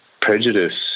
prejudice